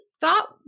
thought